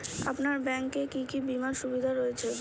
আপনার ব্যাংকে কি কি বিমার সুবিধা রয়েছে?